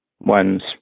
one's